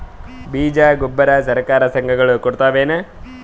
ಬೀಜ ಗೊಬ್ಬರ ಸರಕಾರ, ಸಂಘ ಗಳು ಕೊಡುತಾವೇನು?